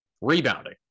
Rebounding